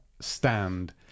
stand